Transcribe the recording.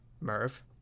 Merv